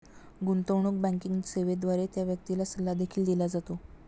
गुंतवणूक बँकिंग सेवेद्वारे त्या व्यक्तीला सल्ला देखील दिला जातो